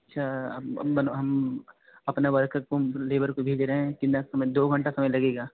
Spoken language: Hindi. अच्छा अब अब हम अपने वर्कर को लेबर को भेज रहे हैं कितना समय दो घंटा समय लगेगा